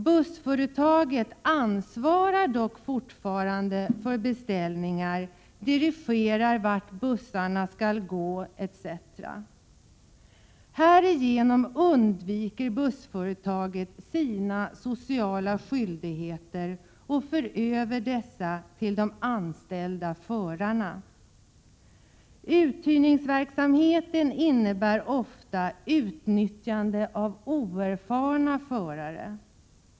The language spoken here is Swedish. Bussföretaget ansvarar dock fortfarande för beställningar, dirigerar vart bussarna skall gå etc. Härigenom undviker bussföretaget sina sociala skyldigheter och för över dessa på de anställda förarna. Uthyrningsverksamheten innebär ofta utnyttjande av oerfarna förare.